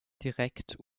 direkt